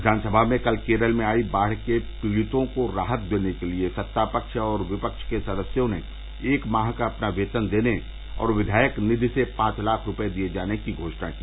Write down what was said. विधानसभा में कल केरल में आई बाढ़ के पीड़ितों को राहत देने के लिए सत्तापक्ष और विपक्ष के सदस्यों ने एक माह का अपना वेतन देने और विधायक निधि से पांच लाख रूपये दिये जाने की घोशणा की